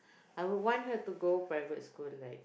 I would want her to go private school like